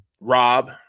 Rob